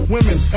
Women